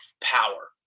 power